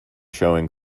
showing